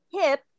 hip